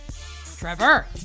Trevor